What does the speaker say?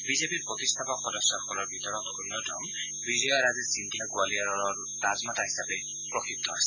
বিজেপিৰ প্ৰতিষ্ঠাপক সদস্যসকলৰ ভিতৰত অন্যতম বিজয়া ৰাজে সিন্ধিয়া গোৱালিয়ৰৰ ৰাজমাতা হিচাপে প্ৰসিদ্ধ আছিল